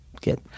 get